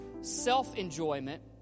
self-enjoyment